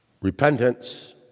Repentance